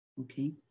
okay